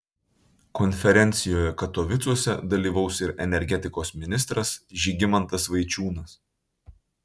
konferencijoje katovicuose dalyvaus ir energetikos ministras žygimantas vaičiūnas